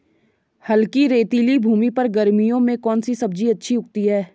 हल्की रेतीली भूमि पर गर्मियों में कौन सी सब्जी अच्छी उगती है?